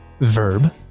Verb